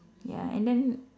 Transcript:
ya and then